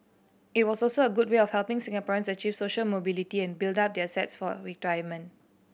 it was also a good way of helping Singaporeans achieve social mobility and build up their assets for retirement